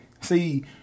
See